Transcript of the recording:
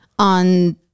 on